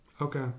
Okay